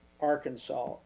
Arkansas